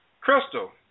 Crystal